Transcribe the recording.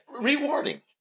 Rewarding